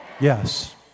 Yes